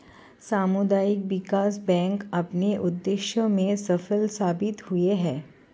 सामुदायिक विकास बैंक अपने उद्देश्य में सफल साबित हुए हैं